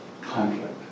conflict